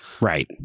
Right